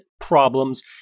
problems